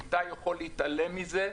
איתי יכול להתעלם מזה,